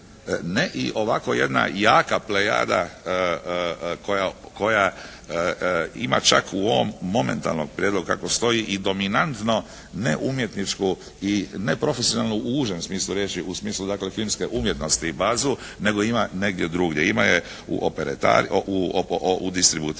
ne i ovako jedna jaka plejada koja ima čak u ovom momentalnom prijedlogu kako stoji i dominantno ne umjetničku i ne profesionalnu u užem smislu riječi, u smislu dakle filmske umjetnosti i bazu nego ima je negdje drugdje, ima je u distributerima,